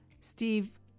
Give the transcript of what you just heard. Steve